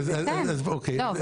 אוקי,